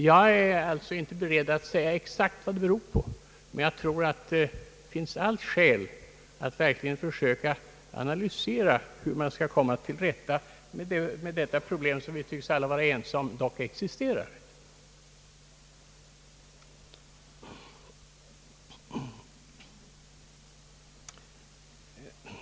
Jag är alltså inte beredd att säga exakt vad oviljan att gå i tjänst beror på, men jag tror att det finns alla skäl att verkligen försöka analysera hur man skall komma till rätta med detta problem, som vi dock alla är ense om existerar.